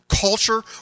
Culture